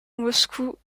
moscou